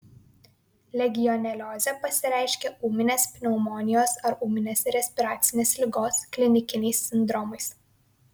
legioneliozė pasireiškia ūminės pneumonijos ar ūminės respiracinės ligos klinikiniais sindromais